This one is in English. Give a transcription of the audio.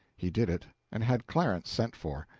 he did it, and had clarence sent for.